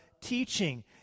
teaching